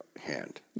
hand